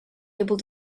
able